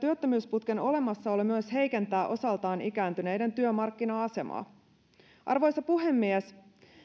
työttömyysputken olemassaolo myös heikentää osaltaan ikääntyneiden työmarkkina asemaa arvoisa puhemies